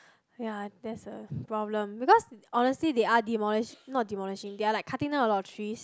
ya that's a problem because honestly they are demolish not demolishing they are like cutting down a lot of trees